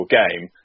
game